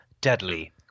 deadly